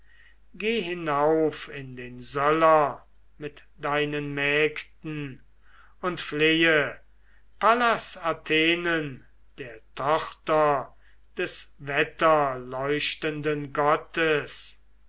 geh hinauf in den söller mit deinen mägden und flehe pallas athenen der tochter des wetterleuchtenden gottes